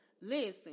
Listen